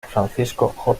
francisco